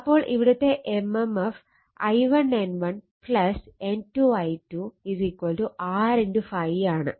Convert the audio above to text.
അപ്പോൾ ഇവിടുത്തെ MMF I1 N1 N2 I2 R ∅ ആണ്